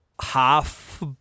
half